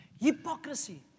Hypocrisy